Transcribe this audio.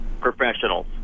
professionals